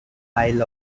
isle